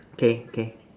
okay okay